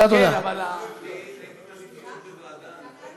להעביר לוועדה.